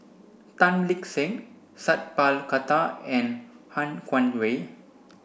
Tan Lip Seng Sat Pal Khattar and Han Guangwei